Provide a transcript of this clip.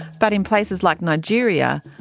but in places like nigeria,